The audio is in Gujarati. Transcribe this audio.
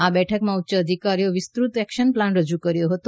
આ બેઠકમાં ઉચ્ય અધિકારીઓએ વિસ્તૃત એક્શન પ્લાન રજૂ કર્યો હતો